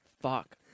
Fuck